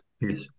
Yes